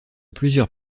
plusieurs